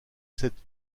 cette